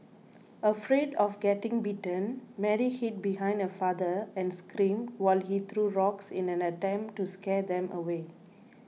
afraid of getting bitten Mary hid behind her father and screamed while he threw rocks in an attempt to scare them away